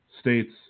States